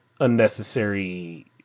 unnecessary